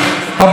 הראשי,